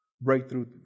breakthrough